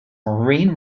marine